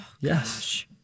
Yes